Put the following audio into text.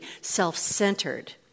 self-centered